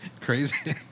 Crazy